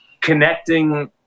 connecting